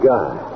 God